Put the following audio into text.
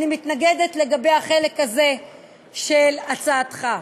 אני מתנגדת לחלק הזה של הצעתך.